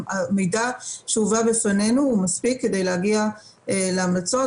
המידע שהובא לידנו הוא מספיק כדי להגיע להמלצות,